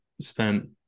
spent